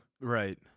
Right